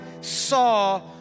saw